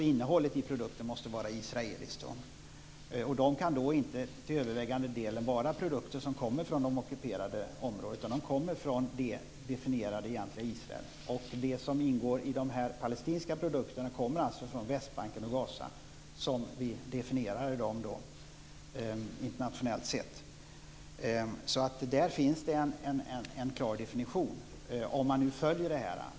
Innehållet i produkterna måste alltså vara israeliskt. Produkterna kan då inte till övervägande del komma från de ockuperade områdena, utan de kommer från det som vi definierar som det egentliga Israel. Det som ingår i de palestinska produkterna kommer alltså från Västbanken och Gaza, som vi definierar de områdena internationellt sett. Så där finns det en klar definition, om man nu följer detta.